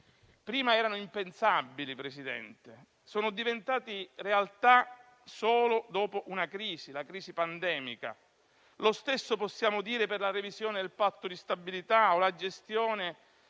prima erano impensabili, Presidente, e sono diventati realtà solo dopo una crisi, la crisi pandemica. Lo stesso possiamo dire per la revisione del Patto di stabilità o per la gestione